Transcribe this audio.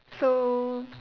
so